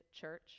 church